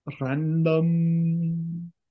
Random